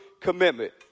commitment